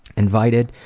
invited.